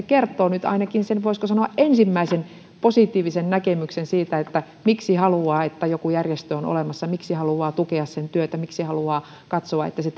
kertoo nyt ainakin sen voisiko sanoa ensimmäisen positiivisen näkemyksen siitä miksi haluaa että joku järjestö on olemassa miksi haluaa tukea sen työtä miksi haluaa katsoa että se